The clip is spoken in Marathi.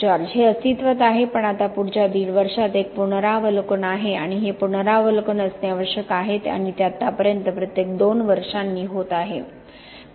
जॉर्ज हे अस्तित्वात आहे पण आता पुढच्या दीड वर्षात एक पुनरावलोकन आहे आणि हे पुनरावलोकन असणे आवश्यक आहे आणि ते आतापर्यंत प्रत्येक दोन वर्षांनी होत आहे